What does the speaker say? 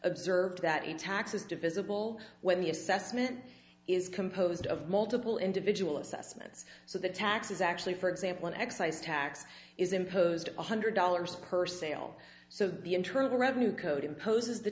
observed that in taxes divisible when the assessment is composed of multiple individual assessments so the tax is actually for example an excise tax is imposed one hundred dollars per sale so the internal revenue code imposes the